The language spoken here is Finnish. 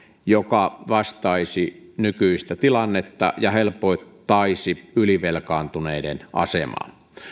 joka vastaisi nykyistä tilannetta ja helpottaisi ylivelkaantuneiden asemaa